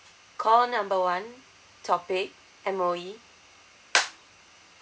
call number one topic M_O_E